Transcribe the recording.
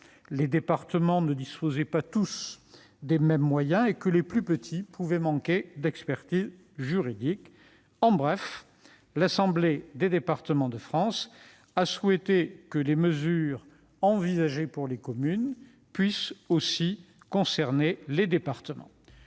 les départements ne disposaient pas tous des mêmes moyens et que les plus petits pouvaient manquer d'expertise juridique. En bref, l'Assemblée des départements de France a souhaité que les mesures envisagées pour les communes puissent aussi concerner les départements.